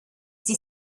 die